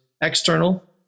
external